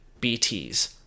BTs